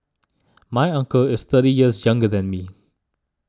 my uncle is thirty years younger than me